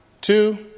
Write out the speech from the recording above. two